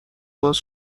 باز